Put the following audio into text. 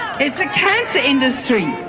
it's a cancer industry.